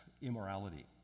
Immorality